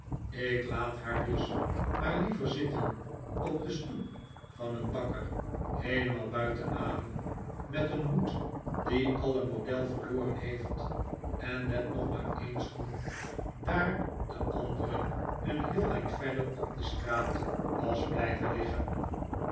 ik laat haar dus maar liever zitten op de stoep van een bakker heelemaal buiten adem met een hoed die alle model verloren heeft en met nog maar een schoen daar de andere een heel eind verder op de straat was blijven liggen